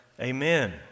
Amen